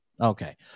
Okay